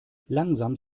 langsam